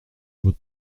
vos